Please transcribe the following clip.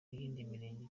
mirenge